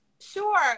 Sure